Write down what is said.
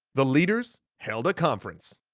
the leaders held a conference.